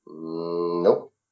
Nope